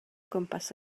gwmpas